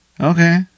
Okay